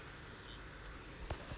that's normal